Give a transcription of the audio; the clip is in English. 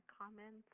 comments